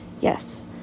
Yes